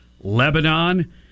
Lebanon